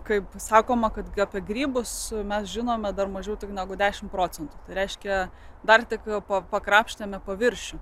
kaip sakoma kad apie grybus mes žinome dar mažiau negu dešim procentų reiškia dar tik po pakrapštėme paviršių